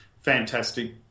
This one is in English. fantastic